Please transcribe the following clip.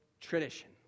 tradition